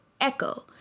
echo